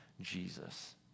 Jesus